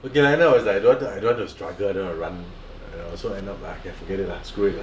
okay end up is like I don't want to don't want to struggle don't want to run err so end up ah forget it lah screw it lah